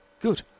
Good